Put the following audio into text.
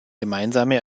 gemeinsame